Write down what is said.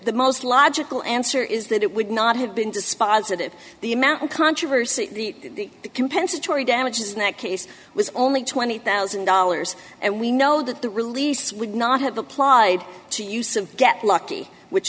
the most logical answer is that it would not have been dispositive the amount of controversy the compensatory damages that case was only twenty thousand dollars and we know that the release would not have applied to use and get lucky which